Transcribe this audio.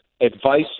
advice